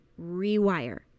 rewire